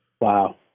Wow